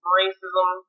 racism